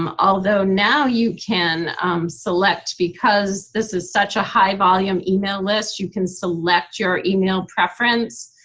um although now you can select because this is such a high volume email list, you can select your email preference.